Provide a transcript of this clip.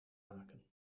maken